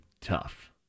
tough